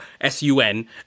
S-U-N